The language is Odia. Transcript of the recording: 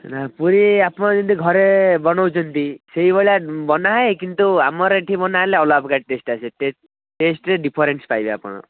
ପୁରୀ ଆପଣ ଯେମିତି ଘରେ ବନାଉଛନ୍ତି ସେହି ଭଳିଆ ବନାହଏ କିନ୍ତୁ ଆମର ଏଇଠି ବନା ହେଲେ ଅଲଗା ପ୍ରକାର ଟେଷ୍ଟ୍ ଆସେ ଟେଷ୍ଟ୍ରେ ଡିଫରେନ୍ସ୍ ପାଇବେ ଆପଣ